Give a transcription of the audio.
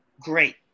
great